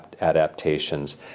adaptations